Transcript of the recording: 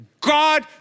God